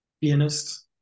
pianist